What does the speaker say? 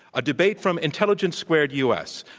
a debate from intelligence squared u. s.